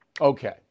Okay